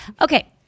Okay